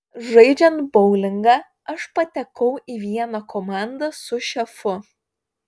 žaidžiant boulingą aš patekau į vieną komandą su šefu